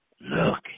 Look